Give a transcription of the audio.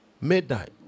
Midnight